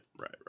right